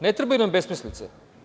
Ne trebaju nam besmislice.